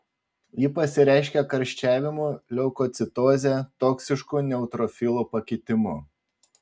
ji pasireiškia karščiavimu leukocitoze toksišku neutrofilų pakitimu